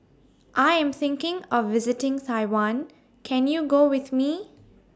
I Am thinking of visiting Taiwan Can YOU Go with Me